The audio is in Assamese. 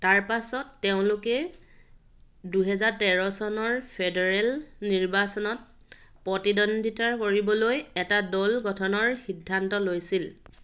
তাৰ পাছত তেওঁলোকে দুহেজাৰ তেৰ চনৰ ফেডাৰেল নিৰ্বাচনত প্ৰতিদ্বন্দ্বিতা কৰিবলৈ এটা দল গঠনৰ সিদ্ধান্ত লৈছিল